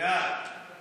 ההצעה